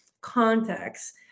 context